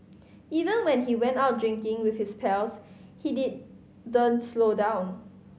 even when he went out drinking with his pals he didn't slow down